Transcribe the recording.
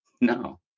No